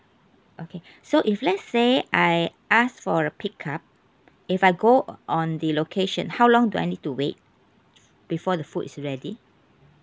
okay so if let's say I ask for a pick up if I go on the location how long do I need to wait before the food is ready